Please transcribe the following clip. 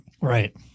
Right